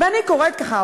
ואני קוראת ככה,